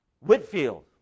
Whitfield